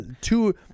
Two